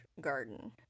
garden